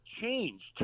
changed